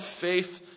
faith